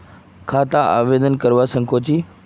खाता आवेदन करवा संकोची?